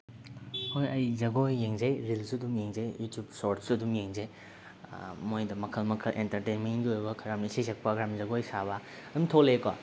ꯍꯣꯏ ꯑꯩ ꯖꯒꯣꯏ ꯌꯦꯡꯖꯩ ꯔꯤꯜꯁꯨ ꯑꯗꯨꯝ ꯌꯦꯡꯖꯩ ꯌꯨꯇꯨꯞ ꯁꯣꯔꯠꯁꯨ ꯑꯗꯨꯝ ꯌꯦꯡꯖꯩ ꯃꯣꯏꯗ ꯃꯈꯜ ꯃꯈꯜ ꯑꯦꯟꯇꯔꯇꯦꯟꯃꯦꯟꯒꯤ ꯑꯣꯏꯕ ꯈꯔ ꯑꯃꯅ ꯏꯁꯩ ꯁꯛꯄ ꯈꯔ ꯑꯃꯅ ꯖꯒꯣꯏ ꯁꯥꯕ ꯑꯗꯨꯝ ꯊꯣꯛꯂꯛꯑꯦꯀꯣ